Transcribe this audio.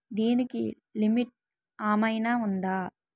దీనికి లిమిట్ ఆమైనా ఉందా?